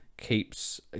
keeps